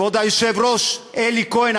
כבוד היושב-ראש אלי כהן,